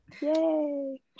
yay